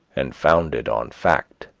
and founded on fact!